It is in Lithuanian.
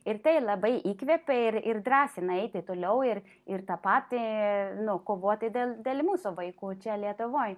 ir tai labai įkvepia ir ir drąsina eiti toliau ir ir tą patį nu kovoti dėl dėl mūsų vaikų čia lietuvoj